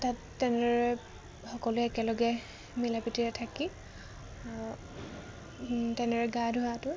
তাত তেনেদৰে সকলোৱে একেলগে মিলা প্ৰীতিৰে থাকি তেনেদৰে গা ধোৱাটো